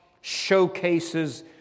showcases